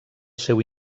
seu